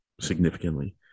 significantly